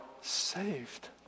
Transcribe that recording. saved